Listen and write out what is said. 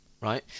right